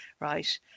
Right